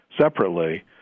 separately